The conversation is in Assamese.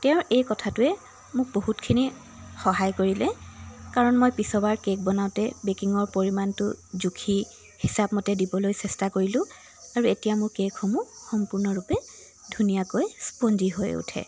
তেওঁৰ এই কথাটোৱে মোক বহুতখিনি সহায় কৰিলে কাৰণ মই পিছৰবাৰ কে'ক বনাওঁতে বেকিঙৰ পৰিমাণটো জুখি হিচাপমতে দিবলৈ চেষ্টা কৰিলোঁ আৰু এতিয়া মোৰ কে'কসমূহ সম্পূৰ্ণৰূপে ধুনীয়াকৈ স্পঞ্জী হৈ উঠে